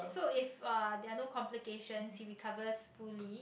so if uh there are no complication he recovers fully